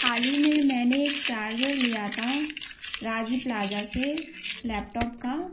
हाल ही में मैंने एक चार्जर लिया था राजी प्लाजा से लैपटॉप का